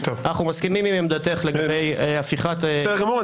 אנחנו מסכימים עם עמדתך לגבי הפיכת -- בסדר גמור,